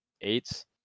Eights